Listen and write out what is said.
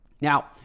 Now